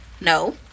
No